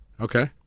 Okay